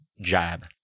jab